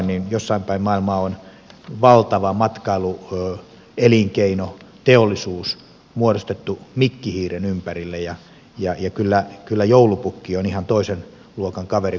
niin kuin tuossa aiemmin sanoin jossain päin maailmaa on valtava matkailuelinkeino teollisuus muodostettu mikki hiiren ympärille ja kyllä joulupukki on ihan toisen luokan kaveri kuin tommonen hepponen mikki hiiri